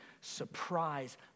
surprise